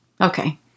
okay